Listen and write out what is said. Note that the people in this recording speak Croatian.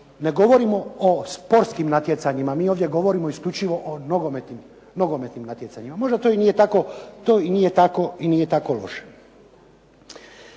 ne govorimo o sportskim natjecanjima. Mi ovdje govorimo isključivo o nogometnim natjecanjima. Možda to i nije tako loše.